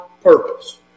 purpose